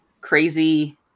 crazy